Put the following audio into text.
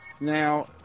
Now